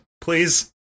please